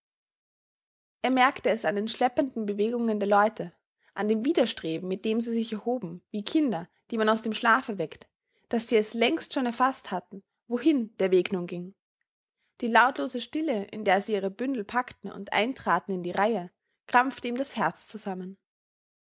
er merkte es an den schleppenden bewegungen der leute an dem widerstreben mit dem sie sich erhoben wie kinder die man aus dem schlafe weckt daß sie es längst schon erfaßt hatten wohin der weg nun ging die lautlose stille in der sie ihre bündel packten und eintraten in die reihe krampfte ihm das herz zusammen